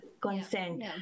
consent